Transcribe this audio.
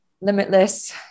Limitless